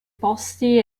posti